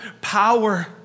power